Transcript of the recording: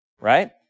right